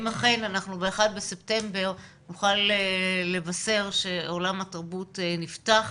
אם אכן אנחנו ב-1 בספטמבר נוכל לבשר שעולם התרבות נפתח,